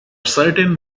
certain